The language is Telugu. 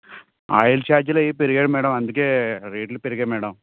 ఆయిల్ ఛార్జీలు అయి పెరిగాయి మ్యాడమ్ అందుకే రేట్లు పెరిగాయి మ్యాడమ్